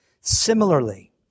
Similarly